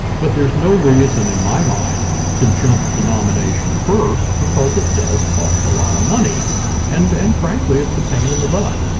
but there's no reason, in my mind, to jump to nomination first because it does cost a lot of money and. but and frankly it's a pain in the butt.